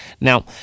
Now